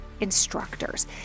instructors